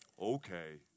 Okay